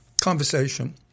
conversation